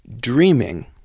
dreaming